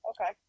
Okay